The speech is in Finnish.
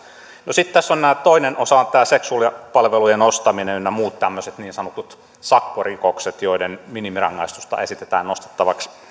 no sitten tässä on tämä toinen osa seksuaalipalvelujen ostaminen ynnä muut tämmöiset niin sanotut sakkorikokset joiden minimirangaistusta esitetään nostettavaksi